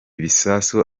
bisasu